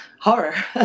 horror